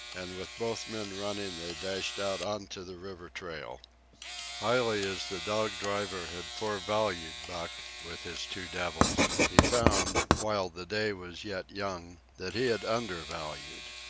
and with both men running they dashed out on to the river trail highly as the dog-driver had forevalued buck, with his two devils, he found, while the day was yet young, that he had undervalued.